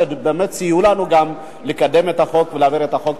שבאמת סייעו לנו גם לקדם את החוק ולהעביר את החוק.